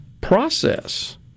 process